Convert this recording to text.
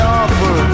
offer